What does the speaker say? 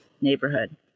neighborhood